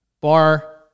bar